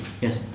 Yes